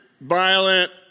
violent